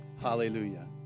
hallelujah